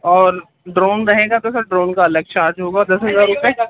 اور ڈرون رہے گا تو سر ڈرون کا الگ چارج ہوگا دس ہزار روپئے